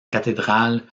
cathédrale